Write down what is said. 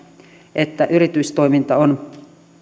että yritystoiminta on